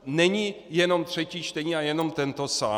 Není jenom třetí čtení a jenom tento sál.